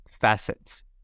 facets